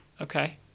Okay